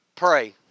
pray